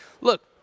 look